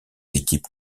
équipes